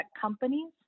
companies